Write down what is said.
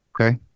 Okay